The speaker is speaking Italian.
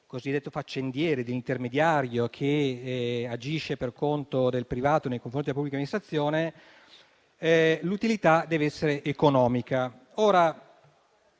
cosiddetto faccendiere, l'intermediario che agisce per conto del privato nei confronti dell'amministrazione, che questa deve essere economica.